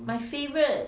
my favourite